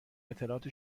اطلاعات